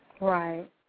Right